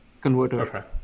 converter